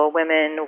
women